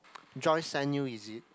Joyce sent you is it